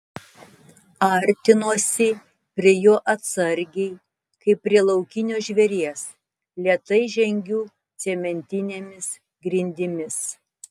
artinuosi prie jo atsargiai kaip prie laukinio žvėries lėtai žengiu cementinėmis grindimis